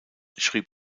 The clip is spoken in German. schrieb